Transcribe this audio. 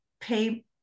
pay